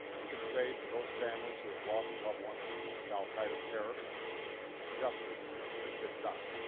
we can say to those families who have lost loved ones to al qaeda's terror justice has been done.